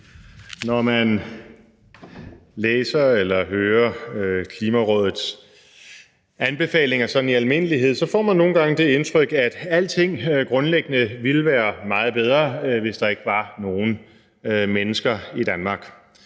Når man læser eller hører Klimarådets anbefalinger sådan i almindelighed, får man nogle gange det indtryk, at alting grundlæggende ville være meget bedre, hvis der ikke var nogen mennesker i Danmark